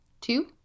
two